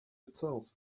itself